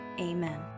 Amen